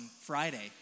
Friday